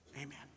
amen